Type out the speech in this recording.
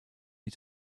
you